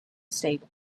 stable